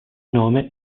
nome